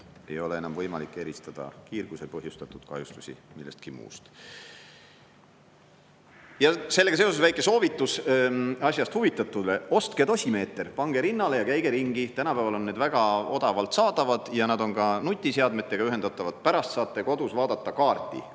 ei ole võimalik eristada kiirguse põhjustatud kahjustusi millestki muust. Sellega seoses väike soovitus asjast huvitatutele: ostke dosimeeter, pange see rinnale ja käige ringi. Tänapäeval on need väga odavalt saadavad ja neid saab ka nutiseadmetega ühendada. Pärast saate kodus kaardilt vaadata,